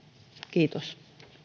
kiitos